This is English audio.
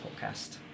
podcast